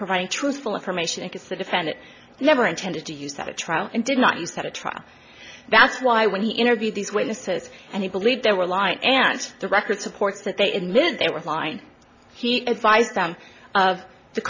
providing truthful information is the defendant never intended to use that a trial and did not use at a trial that's why when he interviewed these witnesses and he believed there were lying and the record supports that they admitted they were lying he advised them of the